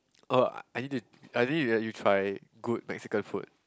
oh I need to I need to let you try good Mexican food